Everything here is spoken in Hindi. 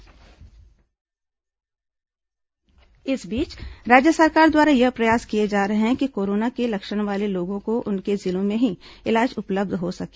कोरोना इलाज इस बीच राज्य सरकार द्वारा यह प्रयास किए जा रहे हैं कि कोरोना के लक्षण वाले लोगों को उनके जिलों में ही इलाज उपलब्ध हो सके